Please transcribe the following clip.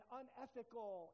unethical